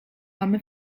mamy